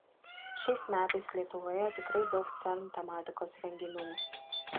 šiais metais lietuvoje tikrai daug cern tematikos renginių